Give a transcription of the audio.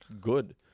good